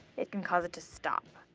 it can cause it to stop.